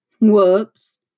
Whoops